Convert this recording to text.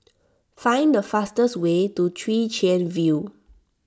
find the fastest way to Chwee Chian View